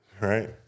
right